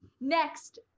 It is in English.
Next